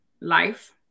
Life